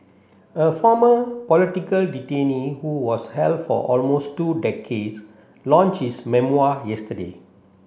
a former political detainee who was held for almost two decades launch his memoir yesterday